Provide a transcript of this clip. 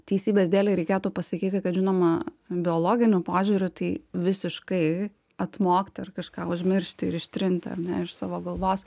teisybės dėlei reikėtų pasakyti kad žinoma biologiniu požiūriu tai visiškai atmokti ar kažką užmiršti ir ištrinti ar ne iš savo galvos